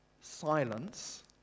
silence